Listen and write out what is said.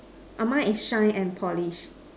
ah mine is shine and polish